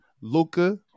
Luca